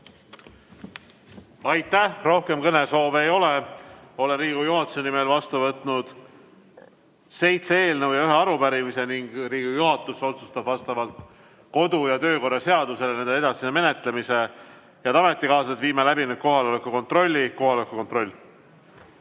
Aitäh! Rohkem kõnesoove ei ole. Olen Riigikogu juhatuse nimel vastu võtnud seitse eelnõu ja ühe arupärimise ning Riigikogu juhatus otsustab vastavalt kodu‑ ja töökorra seadusele nende edasise menetlemise. Head ametikaaslased, viime läbi kohaloleku kontrolli. Kohaloleku kontroll.